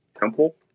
temple